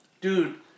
dude